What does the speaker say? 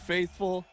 Faithful